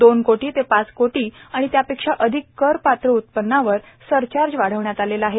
दोन कोटी ते पाच कोटी आणि त्यापेक्षा अधिक करपात्र उत्पन्नावर सरचार्ज वाढवण्यात आला आहे